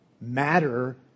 Matter